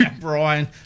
Brian